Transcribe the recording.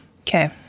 Okay